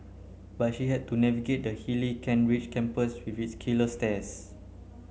but he had to navigate the hilly Kent Ridge campus with its killer stairs